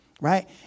right